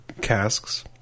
casks